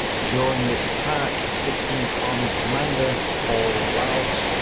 during this attack, sixteenth army's commander, paul laux,